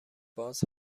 باز